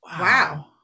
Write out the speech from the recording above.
Wow